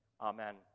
Amen